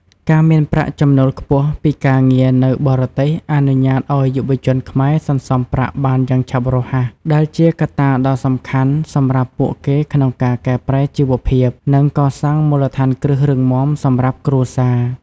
ការមានប្រាក់ចំណូលខ្ពស់ពីការងារនៅបរទេសអនុញ្ញាតឱ្យយុវជនខ្មែរសន្សំប្រាក់បានយ៉ាងឆាប់រហ័ស ដែលជាកត្តាដ៏សំខាន់សម្រាប់ពួកគេក្នុងការកែប្រែជីវភាព និងកសាងមូលដ្ឋានគ្រឹះរឹងមាំសម្រាប់គ្រួសារ។